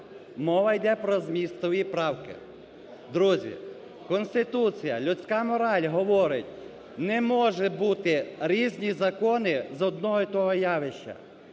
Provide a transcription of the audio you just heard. Мова йде про змістові правки. Друзі, Конституція, людська мораль говорить: не можуть бути різні закони з одного й того явища.